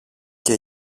και